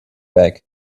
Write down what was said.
back